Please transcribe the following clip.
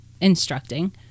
instructing